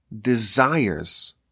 desires